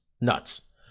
Nuts